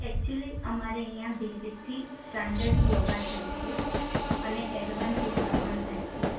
actually અમારે અહીંયા બેઝિકથી સ્ટાન્ડર્ડ યોગા થાય છે અને એડવાન્સ યોગા પણ થાય છે